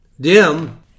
DIM